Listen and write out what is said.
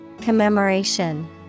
Commemoration